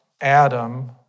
Adam